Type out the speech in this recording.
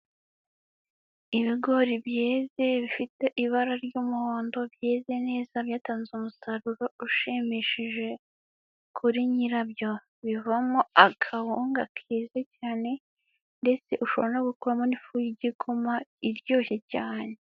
Ibigori byeze bifite ibara ry'umuhondo byeze neza byatanze umusaruro ushimishije kuri nyirabyo bivamo akawunga keza cyane ndetse ushobora no gukuramo n'ifu y'igikoma iryoshye cyane.